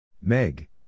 Meg